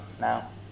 now